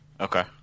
Okay